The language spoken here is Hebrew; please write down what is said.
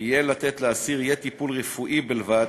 לתת לאסיר יהיה טיפול רפואי בלבד,